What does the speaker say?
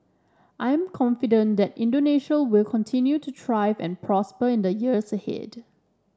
I am confident that Indonesia will continue to thrive and prosper in the years ahead